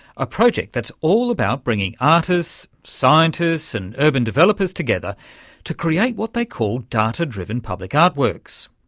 a project that's all about bringing artists, scientists and urban developers together to create what they call data-driven public art works.